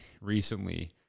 recently